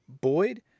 Boyd